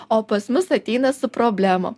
o pas mus ateina su problemom